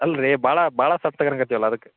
ಅಲ್ಲ ರೀ ಭಾಳ ಭಾಳ ಸರ್ಕು ತಗಳಕತ್ತೀವಲ್ಲ ಅದಕ್ಕೆ